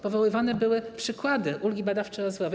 Powoływane były przykłady ulgi badawczo-rozwojowej.